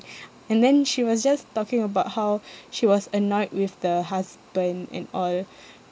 and then she was just talking about how she was annoyed with the husband and all